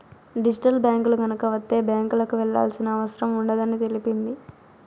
digital బ్యాంకులు గనక వత్తే బ్యాంకులకు వెళ్లాల్సిన అవసరం ఉండదని తెలిపింది